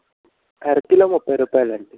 అరకిలో ముప్పై రూపాయలండి